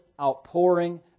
outpouring